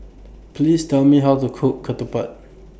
Please Tell Me How to Cook Ketupat